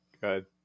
Good